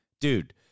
dude